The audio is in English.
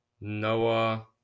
Noah